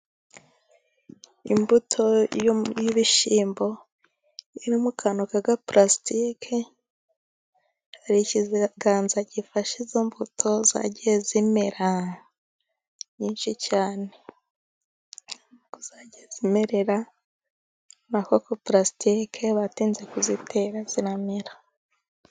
Imbuto y'ibishyimbo iri mu kantu k'agapurasitike, hari ikiganza gifashe izo mbuto zagiye zimera nyinshi cyane. Zagiye zimerera aho kuri purasitike, batinze kuzitera ziramera.